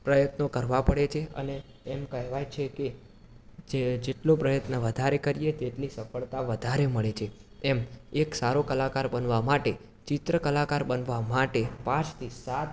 પ્રયત્નો કરવા પડે છે અને એમ કહેવાય છે કે જે જેટલો પ્રયત્ન વધારે કરીએ તેટલી સફળતા વધારે મળે છે એમ એક સારો કલાકાર બનવા માટે ચિત્ર કલાકાર બનવા માટે પાંચથી સાત